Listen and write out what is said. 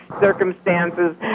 circumstances